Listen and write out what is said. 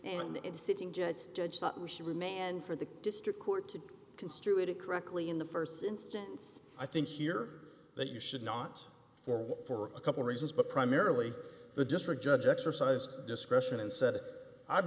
a sitting judge judge thought we should remain and for the district court to construe it correctly in the first instance i think here that you should not for for a couple reasons but primarily the district judge exercise discretion and said i'